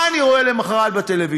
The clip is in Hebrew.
מה אני רואה למחרת בטלוויזיה?